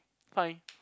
fine